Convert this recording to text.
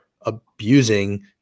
abusing